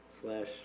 slash